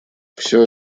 всё